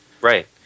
Right